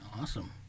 Awesome